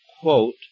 quote